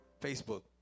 Facebook